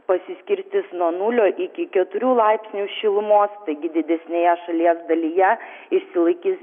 pasiskirstys nuo nulio iki keturių laipsnių šilumos taigi didesnėje šalies dalyje išsilaikys